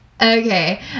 okay